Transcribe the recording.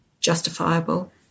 justifiable